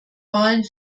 wahlen